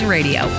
Radio